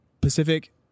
Pacific